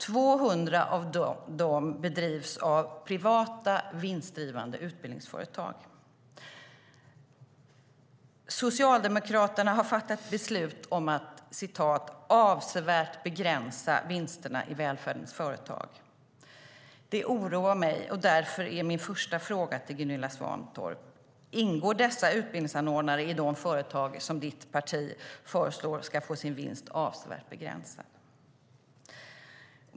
200 av dem bedrivs av privata, vinstdrivande utbildningsföretag. Socialdemokraterna har fattat beslut om att "avsevärt begränsa vinsterna" i välfärdens företag. Det oroar mig. Därför är min första fråga till Gunilla Svantorp: Ingår dessa utbildningsanordnare i de företag som ditt parti föreslår ska få sin vinst avsevärt begränsad?